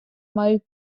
мають